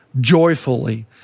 Joyfully